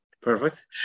Perfect